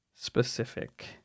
specific